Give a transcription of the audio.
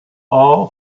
all